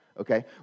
okay